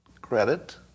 Credit